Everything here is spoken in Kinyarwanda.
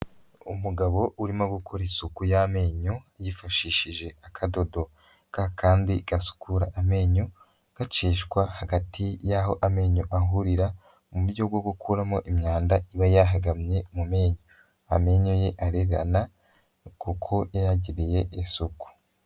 Umugabo urimo gukora isuku y'amenyo yifashishije akadodo. Kakandi gasukura amenyo gacishwa hagati y'aho amenyo ahurira, mu buryo bwo gukuramo imyanda iba yahagamye mu menyo. Amenyo ye arererana kuko yayagiriye isuku.